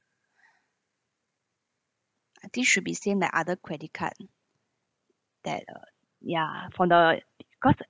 I think should be same like other credit card that uh ya for the cause